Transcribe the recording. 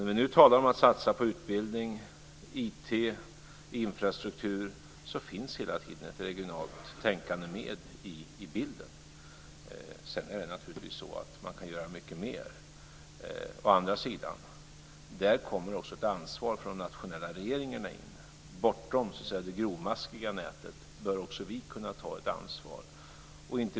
När vi nu talar om att satsa på utbildning, IT och infrastruktur, så finns hela tiden ett regionalt tänkande med i bilden. Sedan är det naturligtvis så att man kan göra mycket mer. Å andra sidan kommer det där också in ett ansvar från de nationella regeringarna. Bortom så att säga det grovmaskiga nätet bör också vi kunna ta ett ansvar.